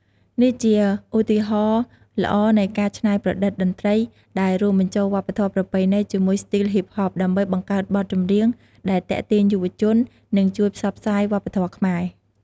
នេះជាឧទាហរណ៍ល្អនៃការច្នៃប្រឌិតតន្ត្រីដែលរួមបញ្ចូលវប្បធម៌ប្រពៃណីជាមួយស្ទីលហ៊ីបហប ដើម្បីបង្កើតបទចម្រៀងដែលទាក់ទាញយុវជន និងជួយផ្សព្វផ្សាយវប្បធម៌ខ្មែរ។